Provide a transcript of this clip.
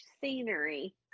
scenery